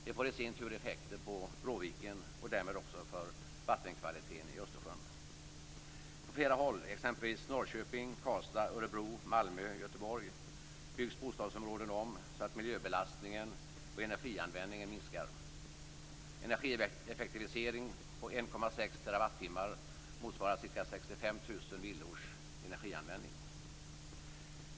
Det i sin tur får effekter för Bråviken och därmed också för vattenkvaliteten i På flera håll, exempelvis i Norrköping, Karlstad, Örebro, Malmö och Göteborg byggs bostadsområden om så att miljöbelastningen och energianvändningen minskar. Energieffektivisering på 1,6 TWh motsvarar ca 65 000 villors energianvändning.